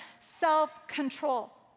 self-control